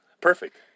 perfect